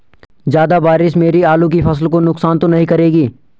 ज़्यादा बारिश मेरी आलू की फसल को नुकसान तो नहीं करेगी?